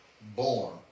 born